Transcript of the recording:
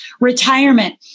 retirement